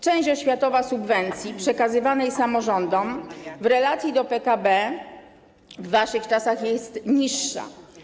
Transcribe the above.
Część oświatowa subwencji przekazywanej samorządom w relacji do PKB za waszych czasów jest niższa.